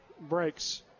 breaks